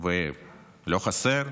ולא חסר,